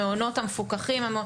המעונות המפוקחים הם,